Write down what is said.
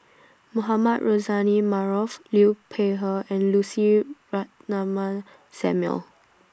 Mohamed Rozani Maarof Liu Peihe and Lucy Ratnammah Samuel